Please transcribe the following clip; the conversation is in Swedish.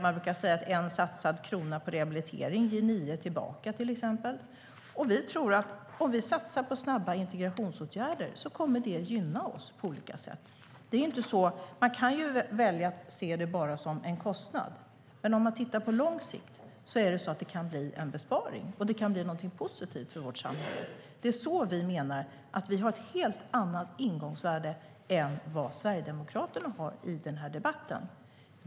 Man brukar säga att en satsad krona på rehabilitering ger nio tillbaka. Vi tror att om vi satsar på snabba integrationsåtgärder kommer det att gynna oss på olika sätt. Man kan välja att se det enbart som en kostnad, men om man tittar på lång sikt kan det bli en besparing och därmed något positivt för vårt samhälle. Vi har ett helt annat ingångsvärde än Sverigedemokraterna har i debatten.